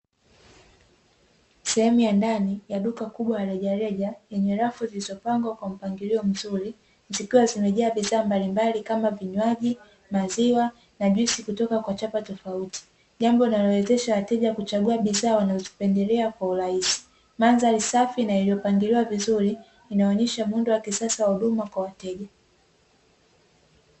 Sehemu ya ndani ya duka kubwa la rejareja, yenye rafu zilizopangwa kwa mpangilio mzuri, zikiwa zimejaa bidhaa mbalimbali kama: vinywaji, maziwa na juisi kutoka kwa chapa tofauti; jambo linalowezesha wateja kuchagua bidhaa wanazozipendelea kwa urahisi. Mandhari safi na iliyopangiliwa vizuri inaonyesha muundo wa kisasa wa huduma kwa wateja.